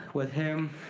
with him,